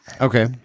Okay